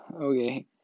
okay